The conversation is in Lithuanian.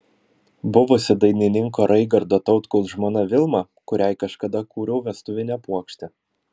buvusi dainininko raigardo tautkaus žmona vilma kuriai kažkada kūriau vestuvinę puokštę